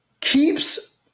keeps